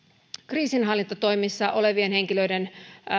kriisinhallintatoimissa olevien henkilöiden